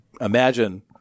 imagine